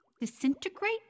disintegrate